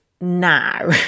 now